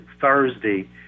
Thursday